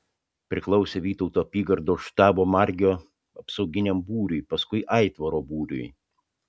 priklausė vytauto apygardos štabo margio apsauginiam būriui paskui aitvaro būriui